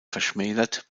verschmälert